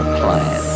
plan